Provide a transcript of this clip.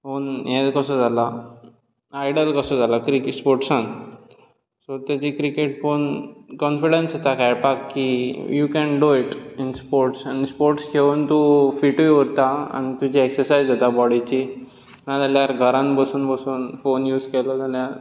पळोवन हें कसो जाला आयडल कसो जालो क्रिकेट स्पोर्टसान सो तेजी क्रिकेट पळोवन काॅन्फिडेन्स येता खेळपाक की you can do it in sports आनी स्पोर्टस खेळोन तूं फिटूय उरता आनी तुजी एक्सर्सायज जाता बाॅडीची नाजाल्यार घरान बसून बसून फोन यूज केलो जाल्यार